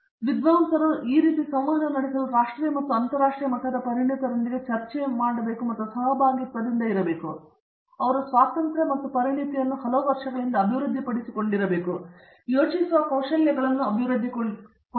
ಮತ್ತು ವಿದ್ವಾಂಸರು ಈ ಸಂವಹನ ನಡೆಸಲು ರಾಷ್ಟ್ರೀಯ ಮತ್ತು ಅಂತರಾಷ್ಟ್ರೀಯ ಮಟ್ಟದ ಪರಿಣತರೊಂದಿಗೆ ಚರ್ಚೆ ಮತ್ತು ಸಹಭಾಗಿತ್ವದಿಂದ ಇರಬೇಕು ಆದ್ದರಿಂದ ಅವರು ಸ್ವಾತಂತ್ರ್ಯ ಮತ್ತು ಪರಿಣತಿಯನ್ನು ಹಲವು ವರ್ಷಗಳಿಂದ ಅಭಿವೃದ್ಧಿಪಡಿಸಿದ್ದರೆ ಅವರು ಯೋಚಿಸುವ ಕೌಶಲಗಳನ್ನು ಬಾಕ್ಸ್ನಿಂದ ಅಭಿವೃದ್ಧಿಪಡಿಸಬೇಕೆಂದು ನಾನು ಭಾವಿಸುತ್ತೇನೆ